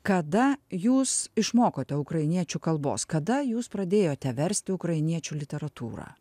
kada jūs išmokote ukrainiečių kalbos kada jūs pradėjote versti ukrainiečių literatūrą